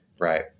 right